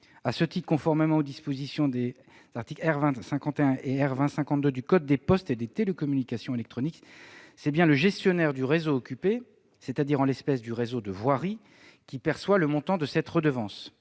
À ce titre, conformément aux dispositions des articles R. 20-51 et R. 20-52 du code des postes et des télécommunications électroniques, c'est bien le gestionnaire du réseau occupé, c'est-à-dire en l'espèce le réseau de voirie, qui perçoit le montant de cette redevance.